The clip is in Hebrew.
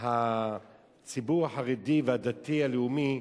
הציבור החרדי והדתי-הלאומי,